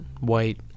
white